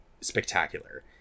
spectacular